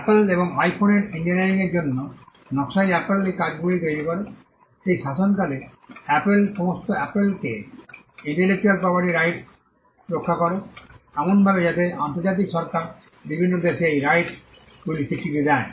আইপল এবং আইফোনের ইঞ্জিনিয়ারিংয়ের জন্য নকশাই অ্যাপল এই কাজগুলি তৈরি করে সেই শাসনকালে অ্যাপল সমস্ত আপেলকে ইন্টেলেকচুয়াল প্রপার্টি রাইটস রক্ষা করে এমনভাবে যাতে আন্তর্জাতিক সরকার বিভিন্ন দেশে এই রাইটস গুলি স্বীকৃতি দেয়